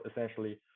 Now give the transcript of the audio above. essentially